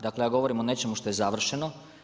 Dakle, ja govorim o nečemu što je završeno.